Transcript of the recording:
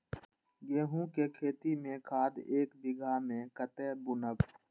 गेंहू के खेती में खाद ऐक बीघा में कते बुनब?